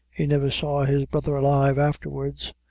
he never saw his brother alive afterwards.